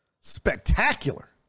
spectacular